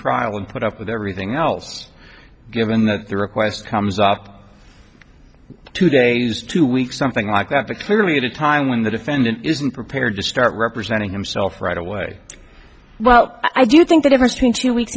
trial and put up with everything else given that the request comes up two days two weeks something like that the clearly at a time when the defendant isn't prepared to start representing himself right away well i do think the difference between two weeks